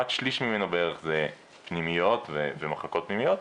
רק שליש ממנו בערך זה פנימיות ומחלקות פנימיות,